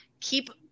Keep